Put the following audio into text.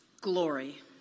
glory